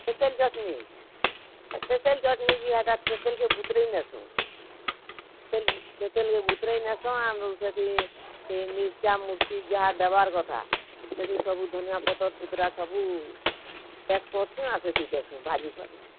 special chutney ଏ special chutney କି ହେଟା ତେତେଲ୍କେ ବୁତୁରେଇ ନେସୁଁ ତେତେଲ୍ ତେତେଲ୍ ଇଏ ବୁତୁରେଇ ନେସୁଁ ଆରୁ ସେଠି ଏ ମିରଚା ମୁରଚି ଯାହା ଦେବାର୍ କଥା ସେଠି ସବୁ ଧନିଆ ପତର୍ ପୁତରା ସବୁ ଆଡ଼୍ କରସୁଁ ଆଉ ପେଷି ଦେସୁଁ ଭାଜି କରି